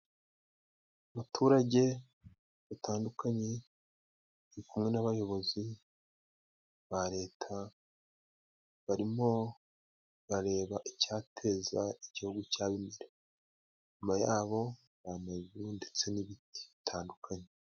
Abaturage batandukanye bari kumwe n'abayobozi ba leta barimo bareba icyateza igihugu cyabo imbere, inyuma yabo hari amazu ndetse n'ibiti bitandukanye.